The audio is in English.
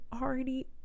already